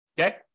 Okay